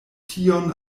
tion